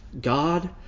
God